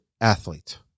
athlete